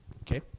Okay